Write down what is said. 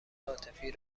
عاطفی